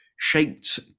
Shaped